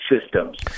systems